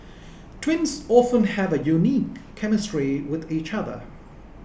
twins often have a unique chemistry with each other